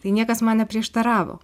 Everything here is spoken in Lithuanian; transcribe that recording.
tai niekas man neprieštaravo